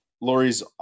Lori's